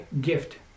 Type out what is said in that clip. gift